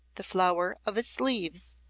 the flower of its leaves,